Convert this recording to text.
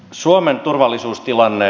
suomen turvallisuustilanne